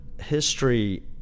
history